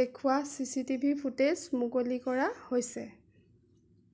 দেখুওৱা C C T V footage মুকলি কৰা হৈছে